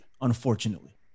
unfortunately